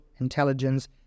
intelligence